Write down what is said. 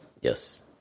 Yes